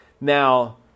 Now